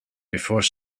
before